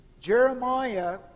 Jeremiah